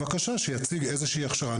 בבקשה שיציג איזושהי הכשרה,